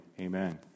Amen